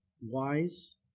wise